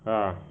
ha